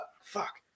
Fuck